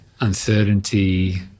uncertainty